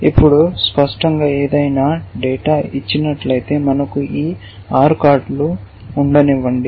ఇప్పుడు స్పష్టంగా ఏదైనా డేటా ఇచ్చినట్లయితే మనకు ఈ 6 కార్డులు ఉండనివ్వండి